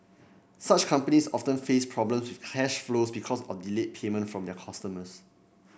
such companies often face problems with cash flow because of delayed payment from their customers